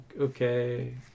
okay